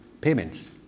payments